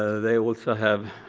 they also have